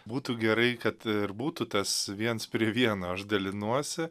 būtų gerai kad ir būtų tas viens prie vieno aš dalinuosi